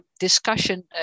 discussion